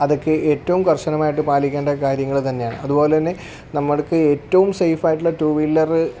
അതൊക്കെ ഏറ്റവും കർശനമായിട്ട് പാലിക്കേണ്ട കാര്യങ്ങൾ തന്നെയാണ് അതുപോലെ തന്നെ നമ്മൾക്ക് ഏറ്റവും സേഫ് ആയിട്ടുള്ള ടൂ വീലറ്